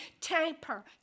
tamper